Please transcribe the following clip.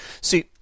See